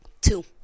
two